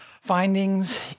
findings